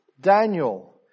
Daniel